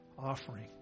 offering